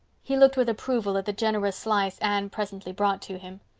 he looked with approval at the generous slice anne presently brought to him.